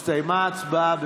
הסתיימה ההצבעה.